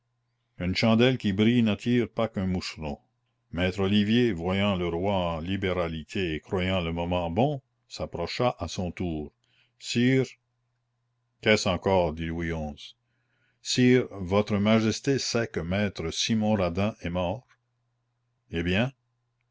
une chandelle qui brille n'attire pas qu'un moucheron maître olivier voyant le roi en libéralité et croyant le moment bon s'approcha à son tour sire qu'est-ce encore dit louis xi sire votre majesté sait que maître simon radin est mort eh bien